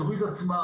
התכנית עצמה,